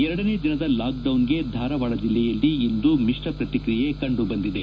ಎರಡನೇ ದಿನದ ಲಾಕ್ಡೌನ್ಗೆ ಧಾರವಾಡ ಜಿಲ್ಲೆಯಲ್ಲಿ ಇಂದು ಮಿಶ್ರ ಪ್ರತಿಕ್ರಿಯೆ ಕಂಡುಬಂದಿದೆ